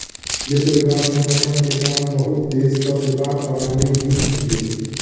विश्व व्यापार संगठन के कारण बहुत देशक व्यापार प्रणाली नीक भेल